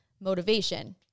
motivation